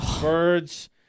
Birds